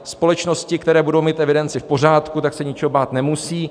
Společnosti, které budou mít evidenci v pořádku, se ničeho bát nemusí.